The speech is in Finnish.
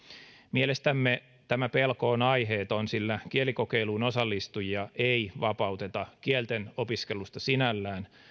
mielestämme tämä pelko on aiheeton sillä kielikokeiluun osallistujia ei vapauteta kielten opiskelusta sinällään